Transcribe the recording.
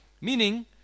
Meaning